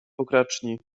pokraczni